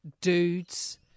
dudes